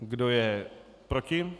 Kdo je proti?